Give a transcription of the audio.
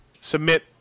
submit